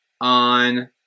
on